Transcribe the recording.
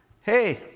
hey